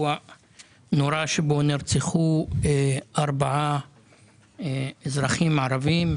נרצחו ארבעה אזרחים ערבים.